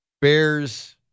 Bears